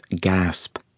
gasp